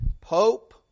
Pope